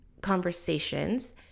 conversations